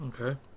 Okay